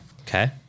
Okay